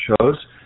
shows